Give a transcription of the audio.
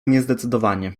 niezdecydowanie